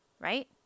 right